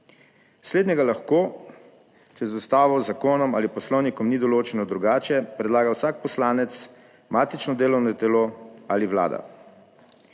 Slednjega lahko, če z Ustavo, z zakonom ali s Poslovnikom ni določeno drugače, predlaga vsak poslanec, matično delovno telo ali Vlada.